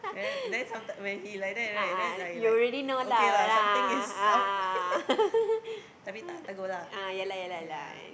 then then sometimes when he like that right then I like okay lah something is up tetapi tidak tegur lah yeah